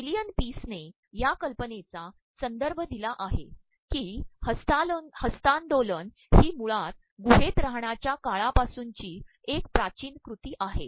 एमलयन पीसनेया कल्पनेचा संदभय द्रदला आहेकी हस्त्तांदोलन ही मुळात गुहेत राहण्याच्या काळापासूनची एक िाचीन कृती आहे